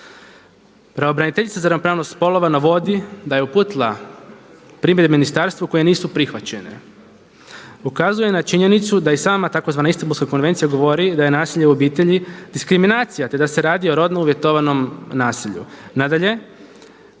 Pravobraniteljica za ravnopravnost spolova navodi da je uputila primjedbe ministarstvu koje nisu prihvaćenje. Ukazuje na činjenicu da i sama tzv. Istambulska konvencija govori da je nasilje u obitelji diskriminacija, te da se radi o rodno uvjetovanom nasilju.